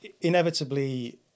inevitably